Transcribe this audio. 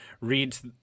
reads